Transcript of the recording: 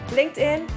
LinkedIn